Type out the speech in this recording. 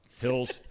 Hills